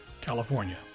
California